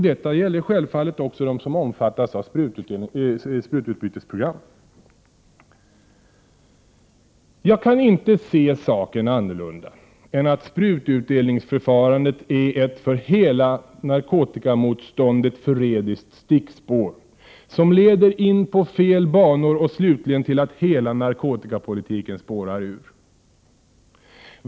Detta gäller självfallet också dem som omfattas av sprututbytesprogram. Jag kan inte se saken annorlunda än att sprututdelningsförfarandet är ett för hela narkotikamotståndet förrädiskt stickspår som leder in på fel banor och slutligen till att hela narkotikapolitiken spårar ur.